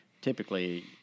typically